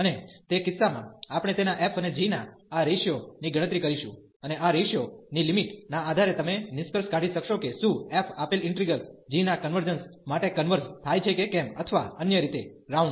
અને તે કિસ્સામાં આપણે તેના f અને g ના આ રેશીયો ની ગણતરી કરીશું અને આ રેશીયો ની લિમિટ ના આધારે તમે નિષ્કર્ષ કાઢી શકશો કે શું f આપેલ ઈન્ટિગ્રલ g ના કન્વર્જન્સ માટે કન્વર્ઝ થાય છે કે કેમ અથવા અન્ય રીતે રાઉન્ડ